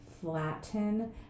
flatten